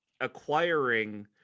acquiring